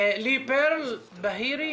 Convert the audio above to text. לי פרל בהירי